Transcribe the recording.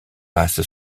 passe